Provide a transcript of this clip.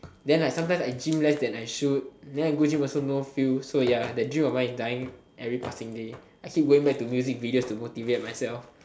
then like sometimes I gym less than I shoot then I go gym also no feels so ya that dream of mine is dying every passing day I keep going back to music videos to motivate myself